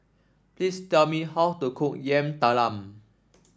please tell me how to cook Yam Talam